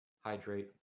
hydrate